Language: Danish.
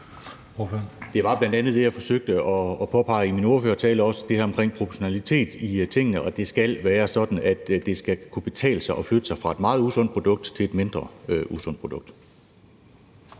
Det var bl.a. det, jeg forsøgte at påpege i min ordførertale, også det her omkring proportionalitet i tingene, og at det skal være sådan, at det skal kunne betale sig at flytte sig fra et meget usundt produkt til et mindre usundt produkt.